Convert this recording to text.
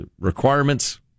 requirements